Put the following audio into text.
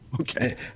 Okay